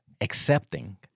accepting